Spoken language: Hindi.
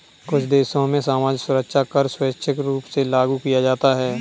कुछ देशों में सामाजिक सुरक्षा कर स्वैच्छिक रूप से लागू किया जाता है